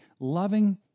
loving